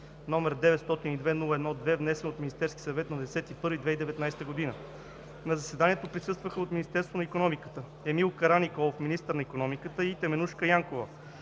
№ 902 01-2, внесен от Министерския съвет на 10 януари 2019 г. На заседанието присъстваха от Министерство на икономиката: Емил Караниколов – министър на икономиката, и Теменужка Янкова,